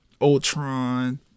ultron